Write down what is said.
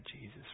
Jesus